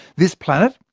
this planet,